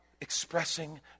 expressing